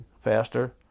faster